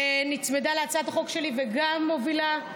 שנצמדה להצעת החוק שלי וגם מובילה,